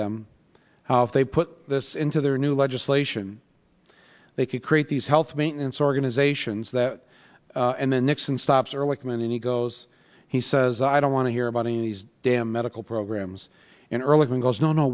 them how they put this into their new legislation they could create these health maintenance organizations that and then nixon stops ehrlichman and he goes he says i don't want to hear about in these damn medical programs and ehrlichman goes no no